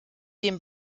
dem